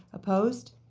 opposed?